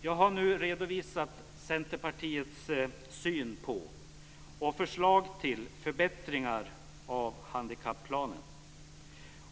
Jag har nu redovisat Centerpartiets syn på och förslag till förbättringar av handikapplanen.